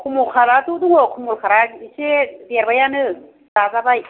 कमल कार्थआथ' दङ कमलकार्थआ एसे देरबायानो जाजाबाय